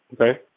Okay